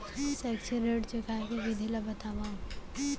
शैक्षिक ऋण चुकाए के विधि ला बतावव